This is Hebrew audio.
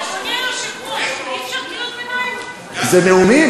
(חברת הכנסת נאוה בוקר יוצאת מאולם המליאה.) לגופה